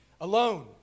alone